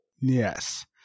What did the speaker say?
Yes